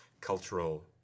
cultural